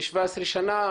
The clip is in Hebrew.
אני אלווה אתכם בוועדה.